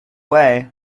way